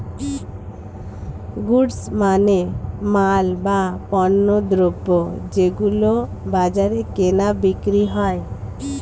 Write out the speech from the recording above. goods মানে মাল, বা পণ্যদ্রব যেগুলো বাজারে কেনা বিক্রি হয়